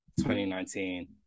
2019